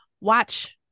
watch